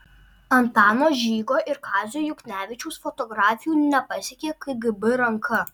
antano žygo ir kazio juknevičiaus fotografijų nepasiekė kgb ranka